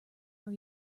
are